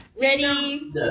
Ready